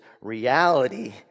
reality